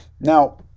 Now